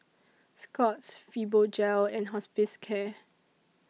Scott's Fibogel and Hospicare